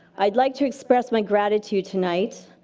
i'd like to express my gratitude tonight,